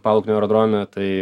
paluknio aerodrome tai